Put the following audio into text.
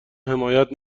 حمایت